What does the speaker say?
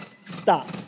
Stop